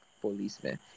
policeman